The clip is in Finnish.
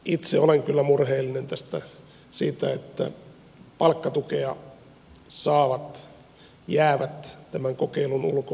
itse olen kyllä murheellinen siitä että palkkatukea saavat jäävät tämän kokeilun ulkopuolelle